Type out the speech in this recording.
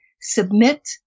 submit